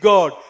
God